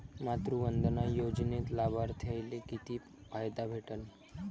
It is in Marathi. मातृवंदना योजनेत लाभार्थ्याले किती फायदा भेटन?